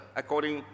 according